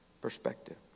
perspective